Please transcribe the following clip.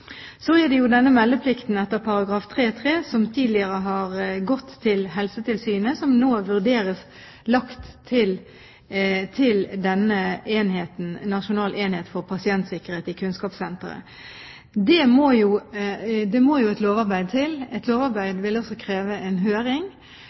Så er det denne meldeplikten etter § 3-3, som tidligere har gått til Helsetilsynet, men som nå vurderes lagt til Nasjonal enhet for pasientsikkerhet ved Kunnskapssenteret. Det må jo et lovarbeid til.